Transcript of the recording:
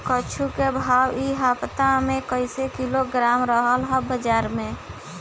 कद्दू के भाव इ हफ्ता मे कइसे किलोग्राम रहल ह बाज़ार मे?